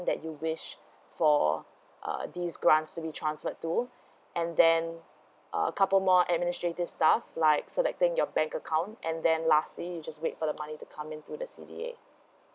that you wish for uh these grants to be transferred to and then uh couple more administrative stuff like so like thing your bank account and then lastly you just wait for the money to come into the C_D_A